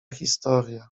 historia